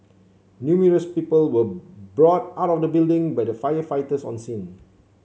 numerous people were brought out of the building by the firefighters on scene